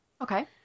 Okay